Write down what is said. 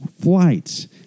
flights